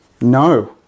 No